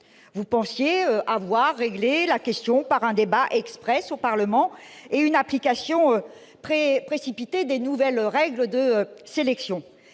Vous pensiez avoir réglé la question par un débat express au Parlement et une application précipitée des nouvelles règles de sélection.